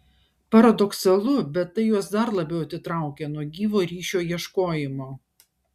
paradoksalu bet tai juos dar labiau atitraukia nuo gyvo ryšio ieškojimo